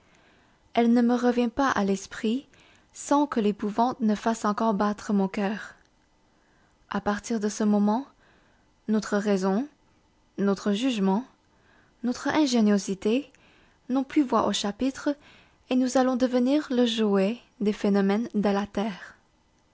elle ne me revient pas à l'esprit sans que l'épouvante ne fasse encore battre mon coeur a partir de ce moment notre raison notre jugement notre ingéniosité n'ont plus voix au chapitre et nous allons devenir le jouet des phénomènes de la terre